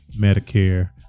Medicare